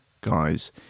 guys